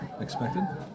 expected